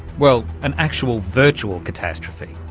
well, an actual virtual catastrophe,